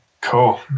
cool